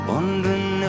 Wondering